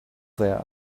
there